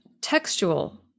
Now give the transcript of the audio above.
textual